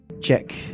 Check